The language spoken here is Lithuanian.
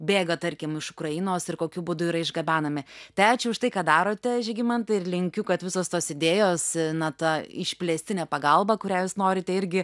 bėga tarkim iš ukrainos ir kokiu būdu yra išgabenami tai ačiū už tai ką darote žygimantai ir linkiu kad visos tos idėjos na ta išplėstinė pagalba kurią jūs norite irgi